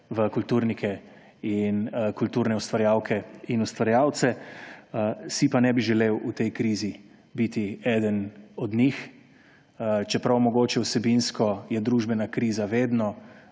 v kulturnike in kulturne ustvarjalke in ustvarjalce, si pa ne bi želel v tej krizi biti eden od njih, čeprav mogoče vsebinsko je družbena kriza vedno